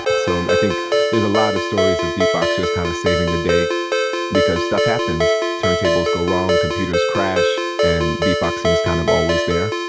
so, i think there's a lot of stories of beatboxers kind of saving the day because stuff happens. turntables go wrong, computers crash, and beatboxing is kind of always there